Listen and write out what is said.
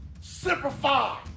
Simplify